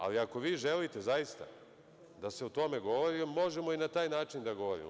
Ali, ako vi želite zaista da se o tome govori možemo i na taj način da govorimo.